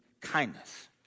kindness